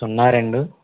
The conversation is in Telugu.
సున్నా రెండు